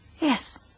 Yes